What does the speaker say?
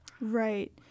Right